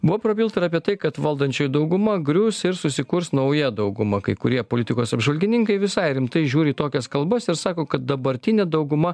buvo prabilta ir apie tai kad valdančioji dauguma grius ir susikurs nauja dauguma kai kurie politikos apžvalgininkai visai rimtai žiūri į tokias kalbas ir sako kad dabartinė dauguma